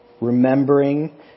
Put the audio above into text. Remembering